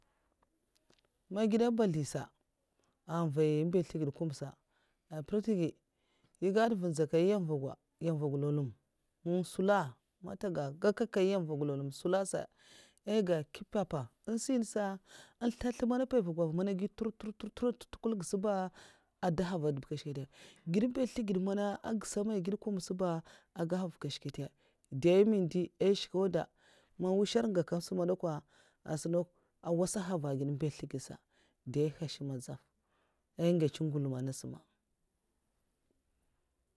Man gèd a mbèzl nyè sa èhn mvai bèzl ntè gèd kumba sa mprèk ntègai ègadta mva ndzèkai nyèm mvogwa nyèm mvogw nlow'nlum nsula man ntè ga gyèkaka nyèm mvogwan nlow'nlum nsula sa ai ga nkèpa pa èhn sin nasa tasl man npèy mvagwa va masa agi ntur ntur ntur ntura ntu ntutqwal sa ba ada nhuda va nkashkat gèd ba slègèd mana ègsa man ngèd kumb su ba agahav nkashkata dai mindi ai shkèuda man mwushar gè nkèn sa manakwa azun dè kwa agahava man ntè bazl ntè gèd sa èhash mèdzaf ngulumn nass ma.